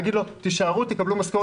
לתת להם להישאר ולשלם להם משכורת?